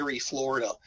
florida